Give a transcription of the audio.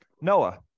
Noah